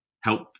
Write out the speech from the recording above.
help